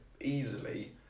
easily